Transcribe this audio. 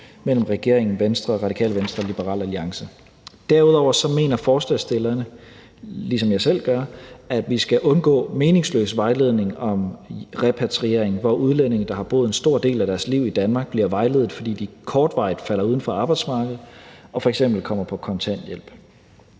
mellem regeringen, Venstre, Radikale Venstre og Liberal Alliance. Derudover mener forslagsstillerne, ligesom jeg selv gør, at vi skal undgå meningsløs vejledning om repatriering, hvor udlændinge, der har boet en stor del af deres liv i Danmark, bliver vejledt, fordi de kortvarigt falder uden for arbejdsmarkedet og f.eks. kommer på kontanthjælp.